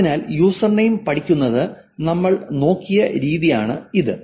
അതിനാൽ യൂസർനെയിം പഠിക്കുന്നത് നമ്മൾ നോക്കിയ രീതിയാണ് ഇത്